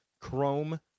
chrome